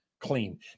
clean